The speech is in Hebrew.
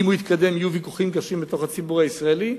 אם הוא יתקדם, יהיו ויכוחים קשים בציבור הישראלי.